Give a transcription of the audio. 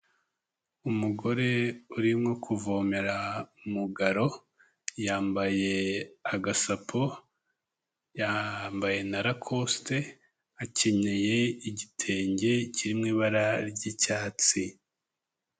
Umugore urimo kuvomera mu garo, yambaye agasapo, yambaye na Lacoste, akenyeye igitenge kiri mu ibara ry'icyatsi.